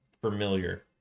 familiar